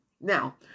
Now